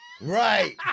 right